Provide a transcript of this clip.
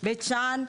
בית שאן.